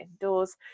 indoors